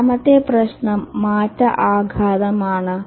രണ്ടാമത്തെ പ്രശ്നം മാറ്റ ആഘാതം ആണ്